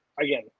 again